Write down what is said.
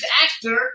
actor